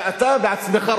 ואתה בעצמך,